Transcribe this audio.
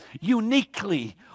uniquely